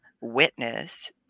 witness